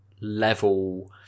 level